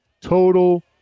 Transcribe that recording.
total